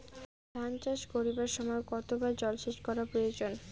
ধান চাষ করিবার সময় কতবার জলসেচ করা প্রয়োজন?